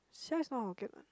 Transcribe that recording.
sia is not Hokkien what